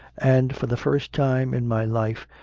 and, for the first time in my life,